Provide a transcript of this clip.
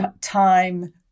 time